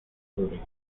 zúrich